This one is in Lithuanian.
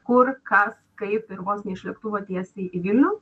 kur kas kaip ir vos ne iš lėktuvo tiesiai į vilnių